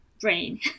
brain